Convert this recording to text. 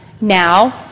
now